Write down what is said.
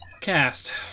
cast